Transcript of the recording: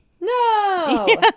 No